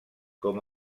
com